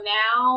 now